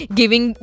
giving